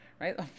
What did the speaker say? right